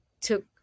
took